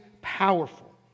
powerful